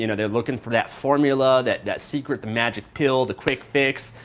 you know they are looking for that formula, that that secret, the magic pill, the quick fix,